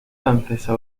francesa